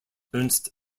ernst